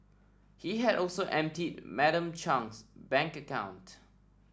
he had also emptied Madam Chung's bank account